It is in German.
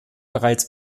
bereits